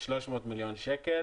כ-300 מיליון שקל